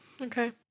okay